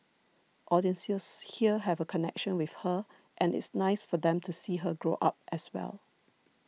audiences here have a connection with her and it's nice for them to see her grow up as well